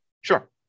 Sure